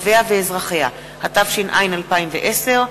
התש”ע 2010,